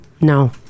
No